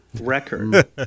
record